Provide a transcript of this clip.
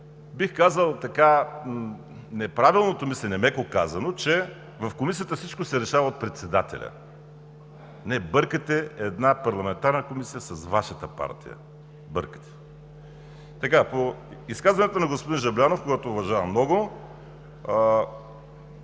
бих казал, неправилното мислене е, меко казано, че в Комисията всичко се решава от председателя. Не, бъркате една парламентарна комисия с Вашата партия. Бъркате! По изказването на господин Жаблянов, когото уважавам много,